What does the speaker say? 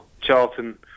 Charlton